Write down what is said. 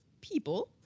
people